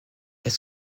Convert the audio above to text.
est